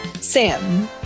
Sam